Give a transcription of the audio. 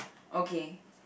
okay